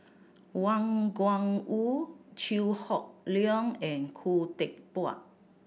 Wang Gungwu Chew Hock Leong and Khoo Teck Puat